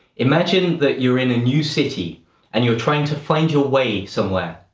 imagine that you're in a new city and you're trying to find your way somewhere.